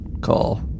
call